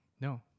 No